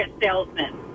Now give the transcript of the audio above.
salesman